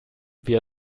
wir